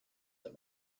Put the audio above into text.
that